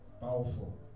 Powerful